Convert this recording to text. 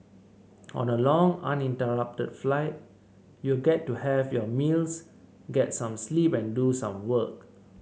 on a long uninterrupted flight you get to have your meals get some sleep and do some work